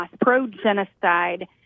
pro-genocide